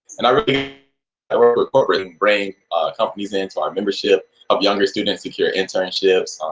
and our our report written brain companies into our membership of younger students, secure internships.